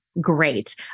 great